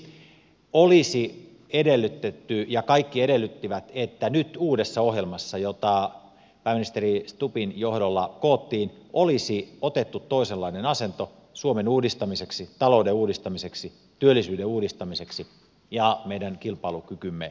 siksi olisi edellytetty ja kaikki edellyttivät että nyt uudessa ohjelmassa jota pääministeri stubbin johdolla koottiin olisi otettu toisenlainen asento suomen uudistamiseksi talouden uudistamiseksi työllisyyden uudistamiseksi ja meidän kilpailukykymme vahvistamiseksi